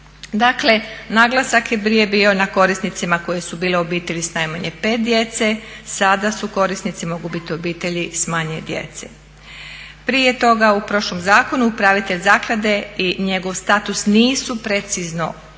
naglasak je prije bio na korisnicima koji su bile obitelji s najmanje 5 djece, sada korisnici mogu biti i obitelji s manje djece. Prije toga u prošlom zakonu upravitelj zaklade i njegov status nisu precizno određeni